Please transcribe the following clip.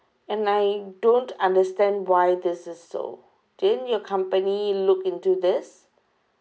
and I don't understand why this is so do you your company look into this